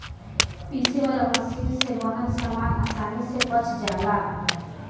पीसे वाला मशीन से बनल सामान आसानी से पच जाला